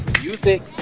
music